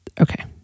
Okay